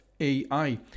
AI